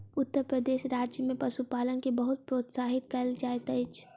उत्तर प्रदेश राज्य में पशुपालन के बहुत प्रोत्साहित कयल जाइत अछि